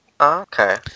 Okay